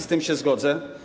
Z tym się zgodzę.